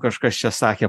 kažkas čia sakė